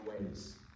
ways